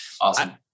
Awesome